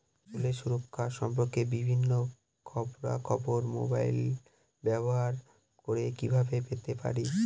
ফসলের সুরক্ষা সম্পর্কে বিভিন্ন খবরা খবর মোবাইল ব্যবহার করে কিভাবে পেতে পারি?